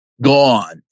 gone